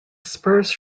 spurs